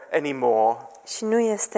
anymore